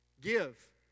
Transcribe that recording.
Give